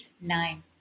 nine